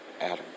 Adam